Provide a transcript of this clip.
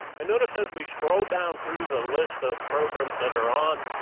and notice as we scroll down through the list of programs that are on,